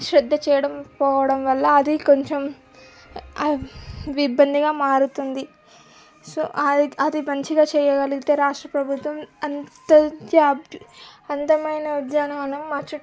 శ్రద్ధ చేయడం పోవడం వల్ల అది కొంచెం ఇబ్బందిగా మారుతుంది సో ఆది అది మంచిగా చేయగలిగితే రాష్ట్ర ప్రభుత్వం అందమైన ఉద్యానవనం మా చుట్టు